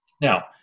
Now